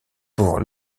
pour